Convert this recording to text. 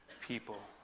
people